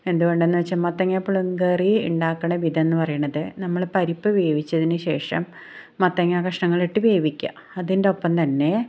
എന്തുകൊണ്ടെന്ന് വച്ചാൽ മത്തങ്ങ പുളിങ്കറി ഉണ്ടാക്കണ വിധം എന്ന് പറയണത് നമ്മൾ പരിപ്പ് വേവിച്ചതിന് ശേഷം മത്തങ്ങ കഷണങ്ങൾ ഇട്ട് വേവിക്കുക അതിൻ്റെ ഒപ്പം തന്നെ